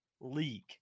league